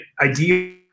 idea